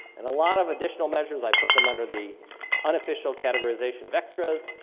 and a lot of additional measures, i put them under the unofficial categorization of extras,